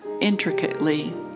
intricately